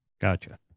Gotcha